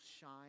shine